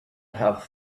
have